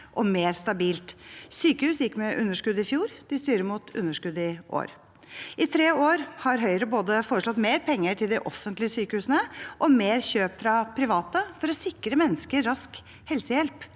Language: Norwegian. og mer stabilt. Sykehus gikk med underskudd i fjor, og de styrer mot underskudd i år. I tre år har Høyre både foreslått mer penger til de offentlige sykehusene og mer kjøp fra private for å sikre mennesker rask helsehjelp,